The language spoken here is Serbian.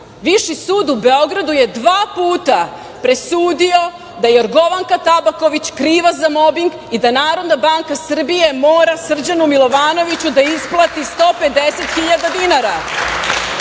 Viši sud u Beogradu je dva puta presudio da je Jorgovanka Tabaković kriva za mobing i da Narodna banka Srbije mora Srđanu Milovanoviću da isplati 150.000 dinara.